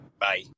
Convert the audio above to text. Bye